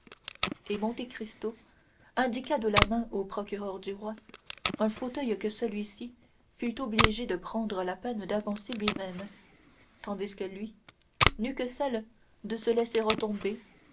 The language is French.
et monte cristo indiqua de la main au procureur du roi un fauteuil que celui-ci fut obligé de prendre la peine d'avancer lui-même tandis que lui n'eut que celle de se laisser retomber